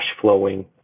flowing